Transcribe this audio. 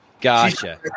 Gotcha